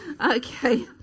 Okay